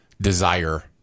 desire